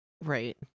Right